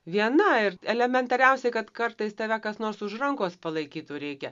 viena ir elementariausiai kad kartais tave kas nors už rankos palaikytų reikia